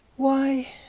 why,